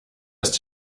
ist